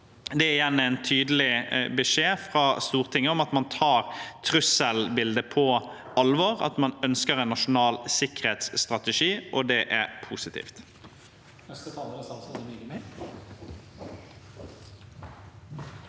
Det er igjen en tydelig beskjed fra Stortinget om at man tar trusselbildet på alvor og ønsker en nasjonal sikkerhetsstrategi, og det er positivt.